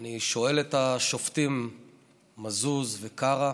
אני שואל את השופטים מזוז וקרא: